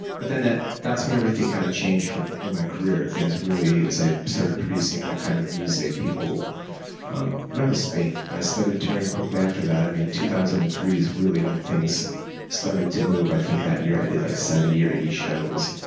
but then that's when everything kind of changed in my career, things really as i started producing that kind of music, people noticed me. but i started touring quickly after that. i mean two thousand and three is really when things started to move. i think that year i did like seventy or eighty shows,